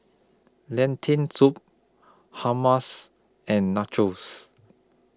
Lentil Soup Hummus and Nachos